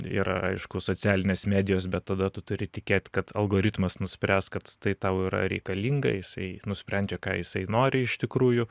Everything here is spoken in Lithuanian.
yra aišku socialinės medijos bet tada tu turi tikėt kad algoritmas nuspręs kad tai tau yra reikalinga jisai nusprendžia ką jisai nori iš tikrųjų